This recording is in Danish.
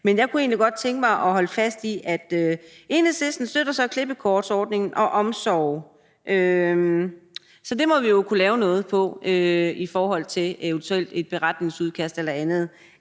Men jeg kunne egentlig godt tænke mig at holde fast i noget. Enhedslisten støtter så klippekortsordningen og det med omsorg, så det må vi jo kunne lave noget om i f.eks. et udkast til en beretning eller noget